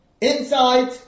inside